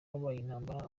intambara